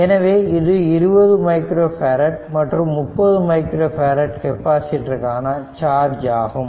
எனவே இது 20 micro farad மற்றும் 30 மைக்ரோ பேரட் கெப்பாசிட்டருக்காண சார்ஜ் ஆகும்